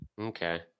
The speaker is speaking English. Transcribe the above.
Okay